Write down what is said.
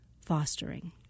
fostering